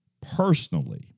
Personally